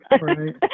right